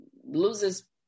loses